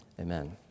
Amen